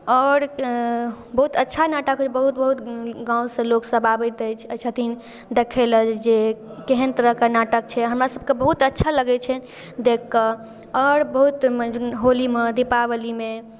आओर बहुत अच्छा नाटक बहुत बहुत गामसँ लोकसभ आबैत अछि छथिन देखै लेल जे केहन तरहके नाटक छै हमरासभके बहुत अच्छा लगैत छनि देखि कऽ आओर बहुत होलीमे दीपावलीमे